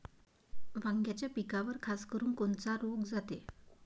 वांग्याच्या पिकावर खासकरुन कोनचा रोग जाते?